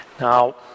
Now